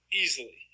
Easily